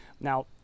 Now